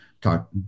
talk